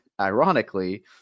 ironically